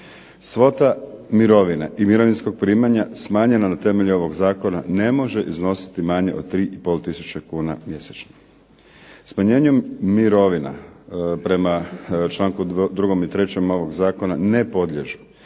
Svota mirovine i mirovinskog primanja smanjena na temelju ovog zakona ne može iznositi manje od 3 i pol tisuće kuna mjesečno. Smanjenjem mirovina prema članku 2. i 3. ovog zakona ne podliježu